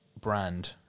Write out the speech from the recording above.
brand